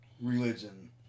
religion